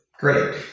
Great